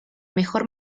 mejor